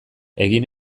egin